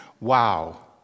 Wow